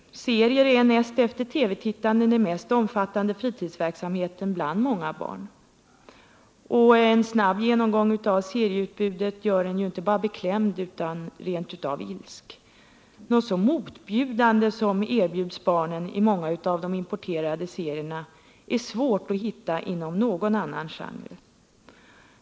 Serier är näst efter TV-tittande den mest omfattande fritidsverksamheten bland många barn. En snabb genomgång av serieutbudet gör en inte bara beklämd utan rent av ilsk. Något så motbjudande som det som erbjuds barnen i många av de importerade serierna är det svårt att hitta inom någon annan genre.